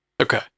okay